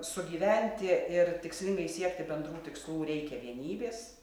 sugyventi ir tikslingai siekti bendrų tikslų reikia vienybės